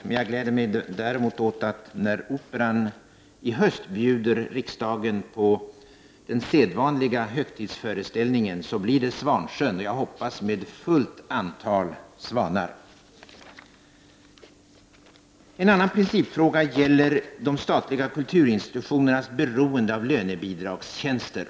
Men jag gläder mig däremot åt att när Operan i höst bjuder riksdagen på den sedvanliga högtidsföreställningen blir det just Svansjön — med fullt antal svanar, hoppas jag. En tredje principfråga gäller de statliga kulturinstitutionernas beroende av lönebidragstjänster.